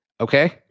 Okay